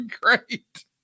great